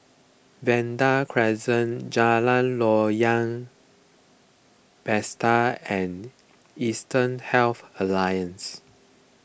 Vanda Crescent Jalan Loyang and Eastern Health Alliance